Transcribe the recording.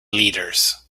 leaders